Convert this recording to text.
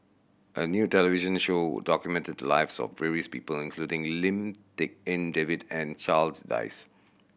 a new television show documented the lives of various people including Lim Tik En David and Charles Dyce